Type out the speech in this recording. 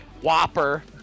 whopper